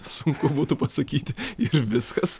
sunku būtų pasakyti ir viskas